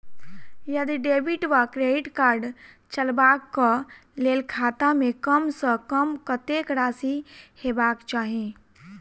यदि डेबिट वा credit card चलबाक कऽ लेल खाता मे कम सऽ कम कत्तेक राशि हेबाक चाहि?